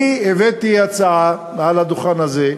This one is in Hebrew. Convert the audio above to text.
הבאתי הצעה לדוכן הזה,